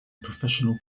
professional